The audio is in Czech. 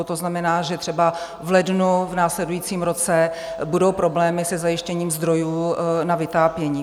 To znamená, že třeba v lednu, v následujícím roce, budou problémy se zajištěním zdrojů na vytápění.